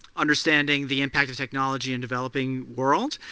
understanding the impact of technology in developing worlds,